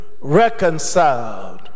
reconciled